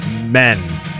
men